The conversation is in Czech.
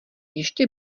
ještě